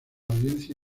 audiencia